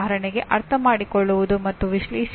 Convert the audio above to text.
ಎಂಜಿನಿಯರ್ಗಳು ಮಾಡುವುದು ಇದನ್ನೇ